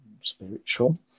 spiritual